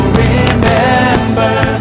remember